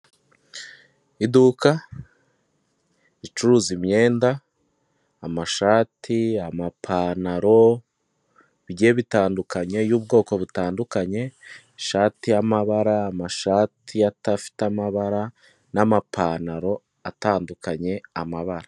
Iduka ricuruza imyenda, amashati ,amapantaro, bigiye bitandukanye, y'ubwoko butandukanye, ishati y'amabara amashati ya tafite amabara, n'amapantaro atandukanye amabara.